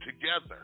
together